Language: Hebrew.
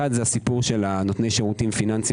אחד זה הסיפור של נותני שירותים פיננסיים